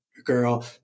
Girl